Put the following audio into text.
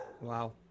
Wow